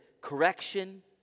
correction